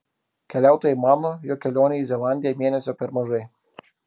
keliautojai mano jog kelionei į zelandiją mėnesio per mažai